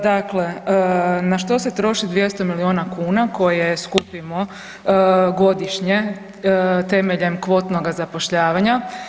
Dakle, na što se troši 200 milijuna kuna koje skupimo godišnje temeljem kvotnoga zapošljavanja.